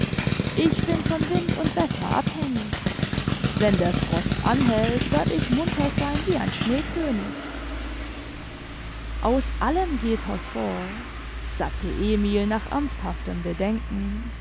ich bin von wind und wetter abhängig wenn der frost anhält werd ich munter sein wie ein schneekönig aus allem geht hervor sagte emil nach ernsthaftem bedenken